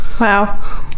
wow